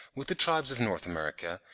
with the tribes of north america,